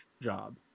job